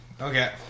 Okay